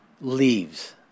leaves